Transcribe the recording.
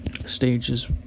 stages